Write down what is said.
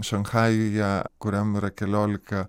šanchajuje kuriam yra keliolika